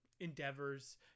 endeavors